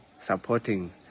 supporting